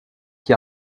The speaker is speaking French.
qui